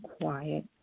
quiet